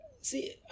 See